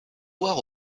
voir